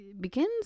begins